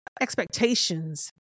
expectations